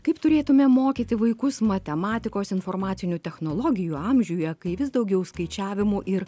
kaip turėtume mokyti vaikus matematikos informacinių technologijų amžiuje kai vis daugiau skaičiavimų ir